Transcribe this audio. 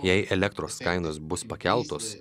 jei elektros kainos bus pakeltos